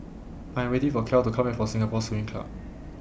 I Am waiting For Kiel to Come Back from Singapore Swimming Club